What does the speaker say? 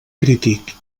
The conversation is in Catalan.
crític